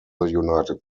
united